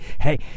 hey